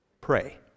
pray